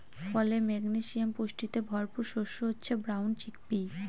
ফলে, ম্যাগনেসিয়াম পুষ্টিতে ভরপুর শস্য হচ্ছে ব্রাউন চিকপি